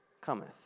cometh